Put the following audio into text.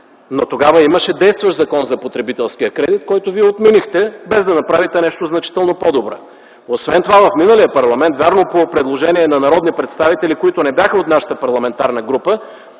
Но тогава имаше действащ Закон за потребителския кредит, който вие отменихте, без да направите нещо значително по-добре. Освен това в миналия парламент – вярно, по предложение на народни представители, които не бяха от нашата парламентарна група